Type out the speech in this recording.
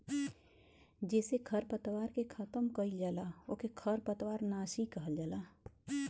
जेसे खरपतवार के खतम कइल जाला ओके खरपतवार नाशी कहल जाला